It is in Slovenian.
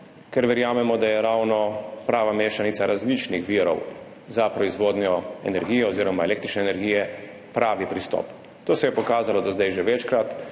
ker verjamemo, da je ravno prava mešanica različnih virov za proizvodnjo energije oziroma električne energije pravi pristop. To se je pokazalo do zdaj že večkrat,